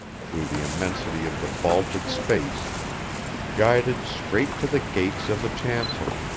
through the immensity of the vaulted space guided straight to the gates of the chancel,